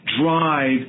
drive